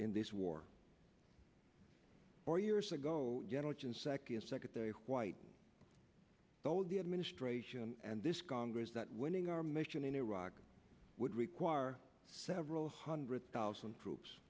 in this war or years ago secretary white told the administration and this congress that winning our mission in iraq would require several hundred thousand troops